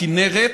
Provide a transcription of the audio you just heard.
הכינרת,